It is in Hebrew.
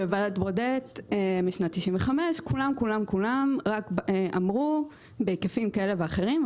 ברודט משנת 1995. כולם כולם אמרו בהיקפים כאלה ואחרים,